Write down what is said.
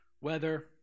weather